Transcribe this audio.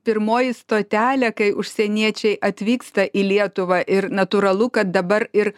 pirmoji stotelė kai užsieniečiai atvyksta į lietuvą ir natūralu kad dabar ir